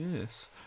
Yes